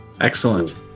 excellent